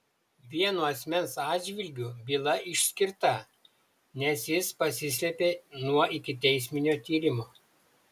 vieno asmens atžvilgiu byla išskirta nes jis pasislėpė nuo ikiteisminio tyrimo